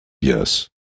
Yes